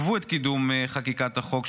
שעיכבו את קידום חקיקת החוק,